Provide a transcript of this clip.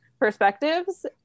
perspectives